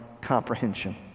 comprehension